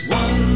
one